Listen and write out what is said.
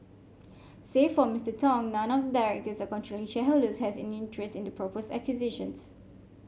save for Mister Tong none of the directors or controlling shareholders has any interest in the proposed acquisitions